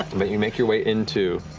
but you make your way into